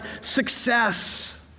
success